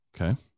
Okay